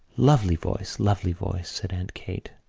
lovely voice, lovely voice! said aunt kate.